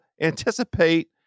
anticipate